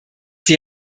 die